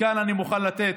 וכאן אני מוכן לתת